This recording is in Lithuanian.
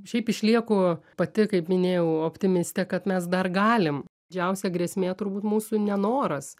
šiaip išlieku pati kaip minėjau optimistė kad mes dar galim didžiausia grėsmė turbūt mūsų nenoras